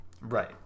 Right